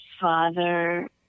father